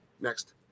Next